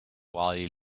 while